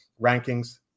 rankings